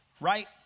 right